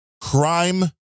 crime